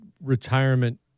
retirement